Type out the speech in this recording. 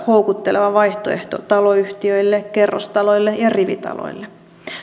houkutteleva vaihtoehto taloyhtiöille kerrostaloille ja rivitaloille